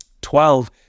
Twelve